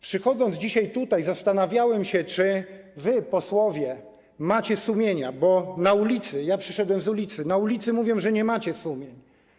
Przychodząc dzisiaj tutaj, zastanawiałem się, czy wy, posłowie, macie sumienia, bo na ulicy, a przyszedłem z ulicy, mówią, że nie macie sumień.